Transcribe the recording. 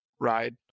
Ride